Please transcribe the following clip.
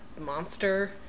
monster